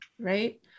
right